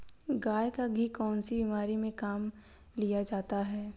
गाय का घी कौनसी बीमारी में काम में लिया जाता है?